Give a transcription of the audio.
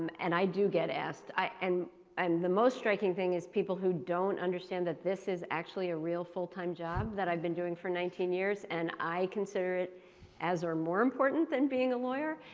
and i do get asked and um the most striking thing is people who don't understand that this is actually a real full-time job that i've been doing for nineteen years and i consider it as are more important than being a lawyer.